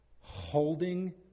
Holding